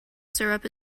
syrup